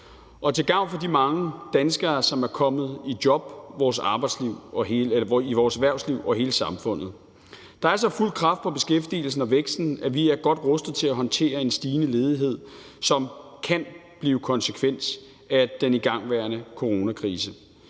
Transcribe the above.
og til gavn for de mange danskere, som er kommet i job i vores erhvervsliv og hele samfundet. Der er så fuld kraft på beskæftigelsen og væksten, at vi er godt rustede til at håndtere en stigende ledighed, som kan blive en konsekvens af den igangværende coronakrise.